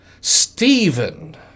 Stephen